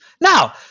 Now